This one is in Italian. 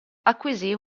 acquisì